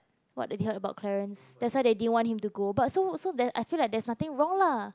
what did they heard about Clarence that's why they didn't want him to go but so so that I feel like there's nothing wrong lah